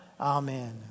Amen